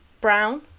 brown